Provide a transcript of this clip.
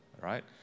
right